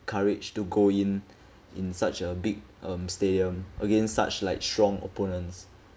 courage to go in in such a big um stadium against such like strong opponents